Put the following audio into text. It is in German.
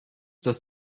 dass